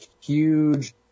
huge